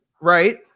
right